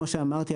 כמו שאמרתי,